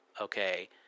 Okay